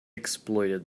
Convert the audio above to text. exploited